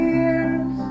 years